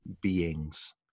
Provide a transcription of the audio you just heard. beings